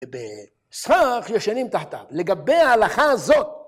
בסבך, ישנים תחתיו. לגבי ההלכה הזאת.